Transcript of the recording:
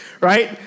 right